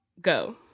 go